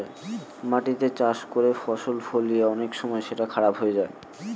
মাটিতে চাষ করে ফসল ফলিয়ে অনেক সময় সেটা খারাপ হয়ে যায়